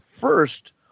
first